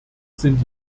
sind